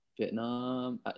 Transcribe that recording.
Vietnam